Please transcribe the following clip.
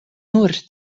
nur